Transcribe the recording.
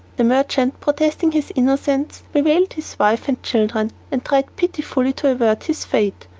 the merchant, protesting his innocence, bewailed his wife and children, and tried pitifully to avert his fate.